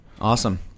awesome